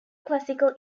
classical